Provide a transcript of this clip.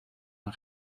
een